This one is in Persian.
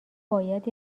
باید